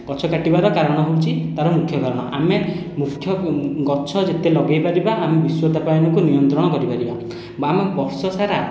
ଗଛ କାଟିବାର କାରଣ ହେଉଛି ତା'ର ମୁଖ୍ୟ କାରଣ ଆମେ ମୁଖ୍ୟ ଗଛ ଯେତେ ଲଗାଇ ପାରିବା ଆମେ ବିଶ୍ଵତାପାୟନକୁ ନିୟନ୍ତ୍ରଣ କରିପାରିବା ଆମ ବର୍ଷସାରା